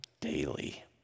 daily